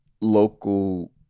local